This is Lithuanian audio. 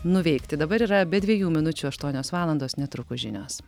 nuveikti dabar yra be dviejų minučių aštuonios valandos netrukus žinios